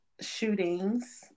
shootings